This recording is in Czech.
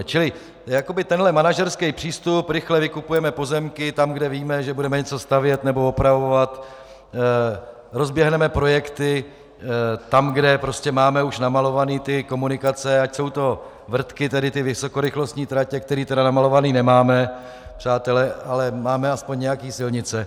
Čili jakoby tenhle manažerský přístup rychle vykupujeme pozemky tam, kde víme, že budeme něco stavět nebo opravovat, rozběhneme projekty tam, kde prostě máme už namalovány komunikace, ať jsou to vrtky, tedy vysokorychlostní tratě, které tedy namalované nemáme, přátelé, ale máme aspoň nějaké silnice.